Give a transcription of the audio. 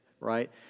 right